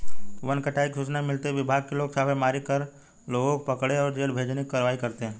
one कटाई की सूचना मिलते ही विभाग के लोग छापेमारी कर लोगों को पकड़े और जेल भेजने की कारवाई करते है